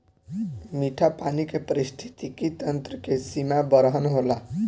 मीठा पानी के पारिस्थितिकी तंत्र के सीमा बरहन होला